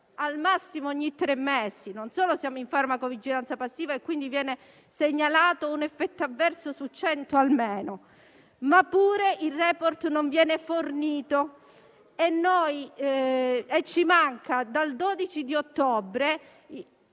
al massimo ogni tre mesi. Non solo siamo in farmacovigilanza passiva e viene segnalato un effetto avverso su 100 almeno, ma oltretutto il *report* non viene fornito dal 12 ottobre: